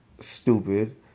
stupid